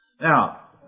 Now